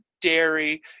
dairy